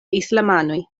islamanoj